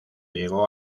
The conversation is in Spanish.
llegó